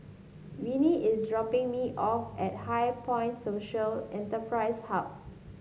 Winnie is dropping me off at HighPoint Social Enterprise Hub